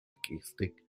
gestik